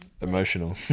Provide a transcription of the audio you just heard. emotional